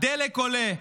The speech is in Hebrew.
הדלק עולה,